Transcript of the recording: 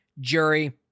jury